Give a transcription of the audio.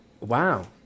Wow